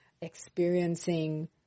experiencing